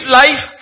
life